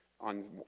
on